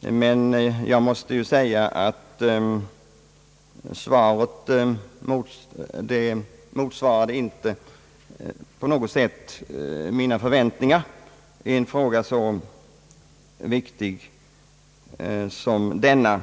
men jag måste säga att det inte på något sätt motsvarade mina förväntningar i en fråga så viktig som denna.